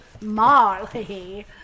Marley